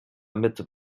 mitte